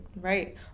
Right